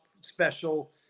special